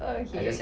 okay